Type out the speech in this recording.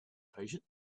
patient